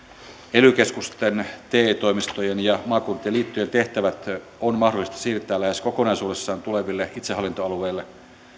ely keskusten te toimistojen ja maakuntien liittojen tehtävät on mahdollista siirtää lähes kokonaisuudessaan tuleville itsehallintoalueille